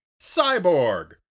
Cyborg